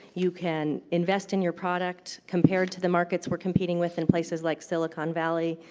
you can invest in your product compared to the markets we are competing with in places like silicon valley.